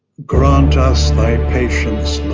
grant us thy patience,